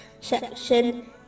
section